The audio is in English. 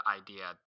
idea